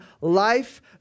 Life